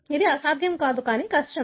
ఇది అసాధ్యం కాదు కానీ కష్టం